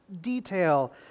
detail